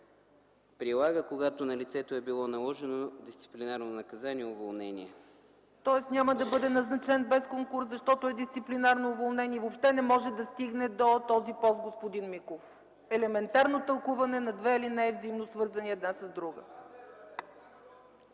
прилага, когато на лицето е било наложено дисциплинарно наказание „уволнение”. ПРЕДСЕДАТЕЛ ЦЕЦКА ЦАЧЕВА: Тоест, няма да бъде назначен без конкурс, защото е дисциплинарно уволнен и въобще не може да стигне до този пост, господин Миков. Елементарно тълкуване на две алинеи, взаимно свързани една с друга.